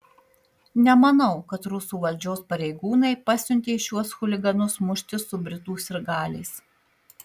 nemanau kad rusų valdžios pareigūnai pasiuntė šiuos chuliganus muštis su britų sirgaliais